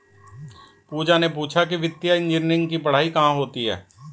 पूजा ने पूछा कि वित्तीय इंजीनियरिंग की पढ़ाई कहाँ होती है?